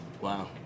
Wow